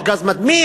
יש גז מדמיע,